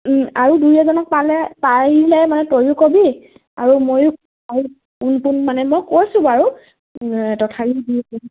আৰু দুই এজনক পালে পাৰিলে মানে তয়ো কবি আৰু ময়ো কোন কোন মানে মই কৈছোঁ বাৰু তথাপিও